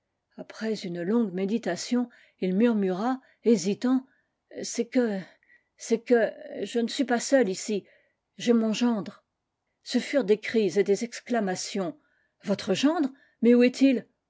après une longue méditation il murmura hésitant c'est que c'est que je ne suis pas seul ici j'ai mon gendre ce furent des cris et des exclamations votre gendre mais où est-il